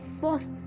first